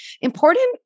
Important